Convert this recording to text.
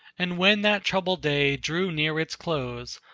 and when that troubled day drew near its close,